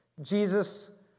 Jesus